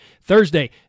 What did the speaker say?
Thursday